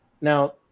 Now